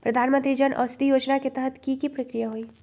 प्रधानमंत्री जन औषधि योजना के तहत की की प्रक्रिया होई?